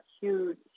huge